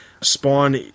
Spawn